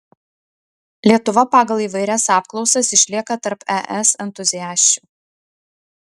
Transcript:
lietuva pagal įvairias apklausas išlieka tarp es entuziasčių